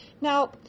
Now